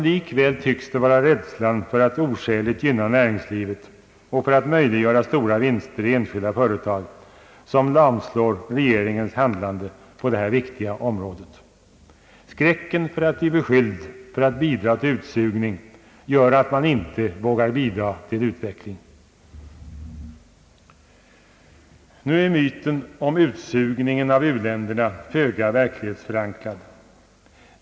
Likväl tycks det vara rädslan för att oskäligt gynna näringslivet och för att möjliggöra stora vinster i enskilda företag som lamslår regeringens handlande på det här viktiga området. Skräcken för att bli beskylld att bidra till utsugning gör att man inte vågar bidra till utveckling. Nu är myten om utsugningen av uländerna föga verklighetsförankrad.